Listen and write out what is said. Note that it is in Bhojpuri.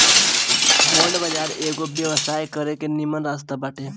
बांड बाजार एगो व्यवसाय करे के निमन रास्ता बाटे